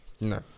No